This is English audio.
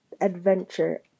adventure